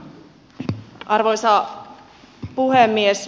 arvoisa puhemies